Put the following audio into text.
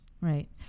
Right